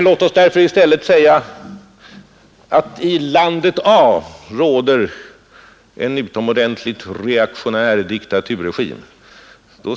Låt oss därför i stället säga att i landet A råder en utomordentligt reaktionär diktaturregim.